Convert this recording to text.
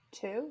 two